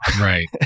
Right